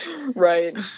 Right